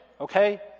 okay